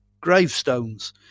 gravestones